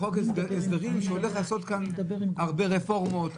שהולך לעשות כאן הרבה רפורמות,